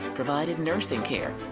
provided nursing care,